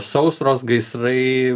sausros gaisrai